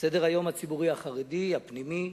סדר-היום הציבורי החרדי, הפנימי,